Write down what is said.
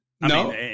No